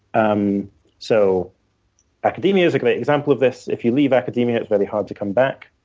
um so academia is a great example of this. if you leave academia, it's very hard to come back.